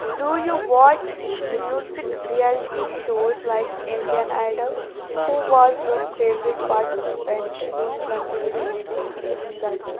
do you watch music reality shows like Indian Idol who was your favourite participant do you contribute to make your singing better